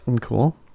Cool